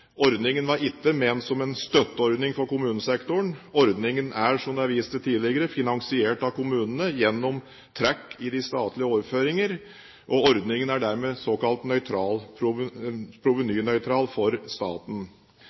Ordningen var ikke ment som en støtteordning for kommunesektoren. Ordningen er, som det er vist til tidligere, finansiert av kommunene, gjennom trekk i de statlige overføringer. Ordningen er dermed såkalt provenynøytral for staten.